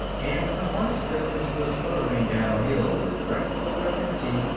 and the harness business was slithering downhill with dreadful rapidity,